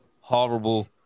horrible